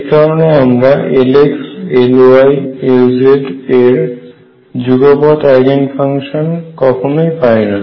এই কারণে আমরা Lx Ly এবং Lz এর যুগপৎ আইগেন ফাংশন কখনোই পাইনা